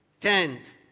Tenth